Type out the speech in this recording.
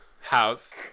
house